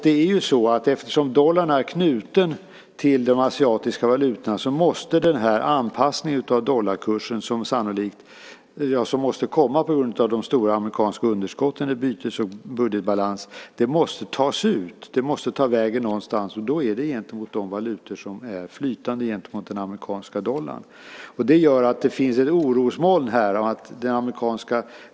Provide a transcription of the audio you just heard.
Det är ju så att eftersom dollarn är knuten till de asiatiska valutorna så måste den anpassning av dollarkursen som måste komma på grund av de stora amerikanska budgetunderskotten i bytes och budgetbalans tas ut. Det måste ta vägen någonstans, och då sker det egentligen mot de valutor som är flytande gentemot den amerikanska dollarn. Det gör att det finns ett orosmoln här.